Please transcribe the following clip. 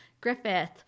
Griffith